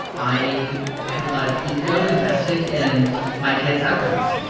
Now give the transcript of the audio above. i had a lot of ego invested in my kids outcomes.